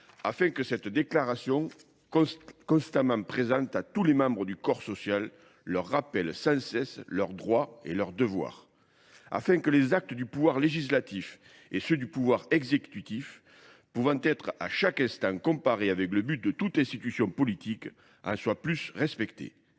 afin que cette déclaration, constamment présente à tous les membres du corps social, leur rappel sans cesse leurs droits et leurs devoirs. afin que les actes du pouvoir législatif et ceux du pouvoir exécutif pouvant être à chaque instant comparés avec le but de toute institution politique en soient plus respectés.